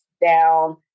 down